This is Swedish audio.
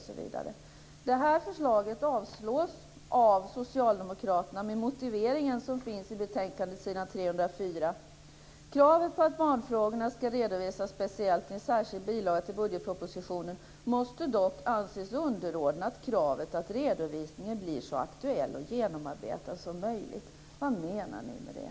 Vårt förslag avstyrks av socialdemokraterna med den motivering som finns på s. 304 i betänkandet: "Kravet på att barnfrågorna skall redovisas i en särskild bilaga till budgetpropositionen måste dock anses underordnat kravet på att redovisningen blir så aktuell och genomarbetad som möjligt." Vad menar ni med det?